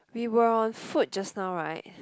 we were on food just now right